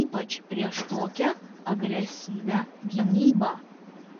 ypač prieš tokią agresyvią gynybą